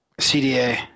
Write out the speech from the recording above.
CDA